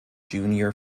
junior